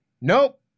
nope